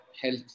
health